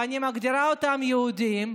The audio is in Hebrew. ואני מגדירה אותם יהודים,